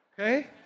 Okay